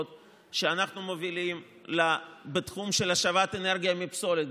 שאנחנו מובילים בתחום השבת אנרגיה מפסולת,